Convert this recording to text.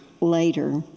later